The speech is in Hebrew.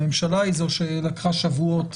הממשלה היא זו שלקחה שבועות